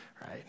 Right